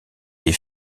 est